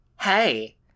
Hey